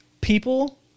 people